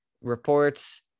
reports